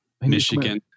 Michigan